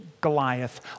Goliath